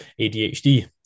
ADHD